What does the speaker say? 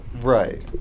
Right